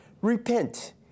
Repent